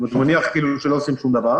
זאת אומרת, הוא מניח שלא עושים שום דבר